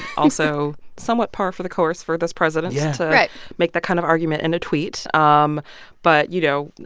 also somewhat par for the course for this president. yeah so right. to make that kind of argument in a tweet. um but, you know,